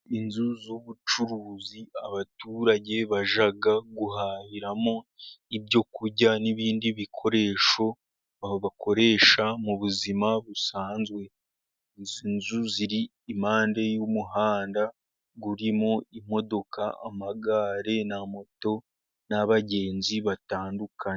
Inzu z'ubucuruzi, abaturage bajya guhahiramo ibyo kurya, n'ibindi bikoresho aho bakoresha mu buzima busanzwe. Izi nzu ziri impande y'umuhanda, urimo imodoka, amagare, na moto, n'abagenzi batandukanye.